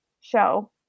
show